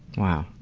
wow!